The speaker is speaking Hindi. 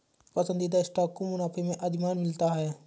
पसंदीदा स्टॉक को मुनाफे में अधिमान मिलता है